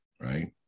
right